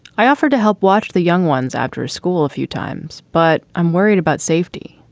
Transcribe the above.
i offered to help watch the young ones after school a few times, but i'm worried about safety.